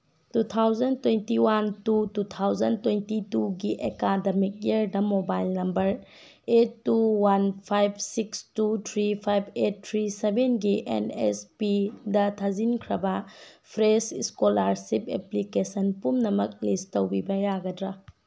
two thousand twenty one two two thousand twenty ꯇꯨꯒꯤ academic ꯏꯌꯔꯗ mobile number eight two one five six two three five eight three ꯁꯕꯦꯟꯒꯤ ꯑꯦꯟꯑꯦꯁꯄꯤꯗ ꯊꯥꯖꯤꯟꯈ꯭ꯔꯕ fresh scholarship application ꯄꯨꯝꯅꯃꯛ ꯂꯤꯁ ꯇꯧꯕꯤꯕ ꯌꯥꯒꯗ꯭ꯔꯥ